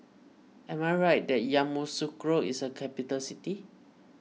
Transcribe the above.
am I right that Yamoussoukro is a capital city